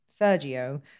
Sergio